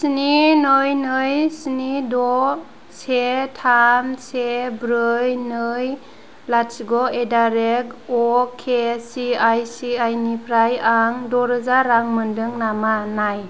स्नि नै नै स्नि द' से थाम से ब्रै नै लाथिख एदारेथ अके I C I C I निफ्राय आं दरोजा रां मोन्दों नामा नाय